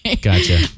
Gotcha